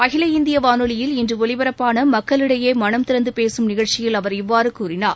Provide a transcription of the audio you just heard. அகில இந்திய வானொலியில் இன்று ஒலிபரப்பான மக்களிடையே மனந்திறந்து பேசும் நிகழ்ச்சியில் அவர் இவ்வாறு கூறினார்